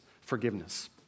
forgiveness